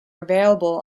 available